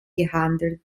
gehandelt